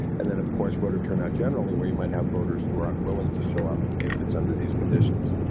and then, of course, voter turnout generally where you might have voters who are unwilling to show up if it's under these conditions